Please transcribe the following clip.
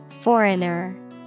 Foreigner